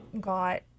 got